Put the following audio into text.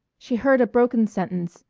she heard a broken sentence,